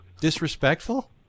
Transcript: disrespectful